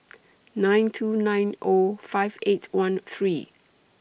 nine two nine O five eight one three